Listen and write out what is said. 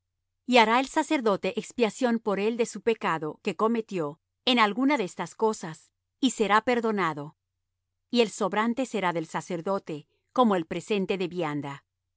y hará el sacerdote expiación por él de su pecado que cometió en alguna de estas cosas y será perdonado y el sobrante será del sacerdote como el presente de vianda